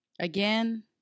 again